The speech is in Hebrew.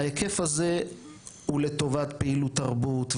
ההיקף הזה הוא לטובת פעילות תרבות,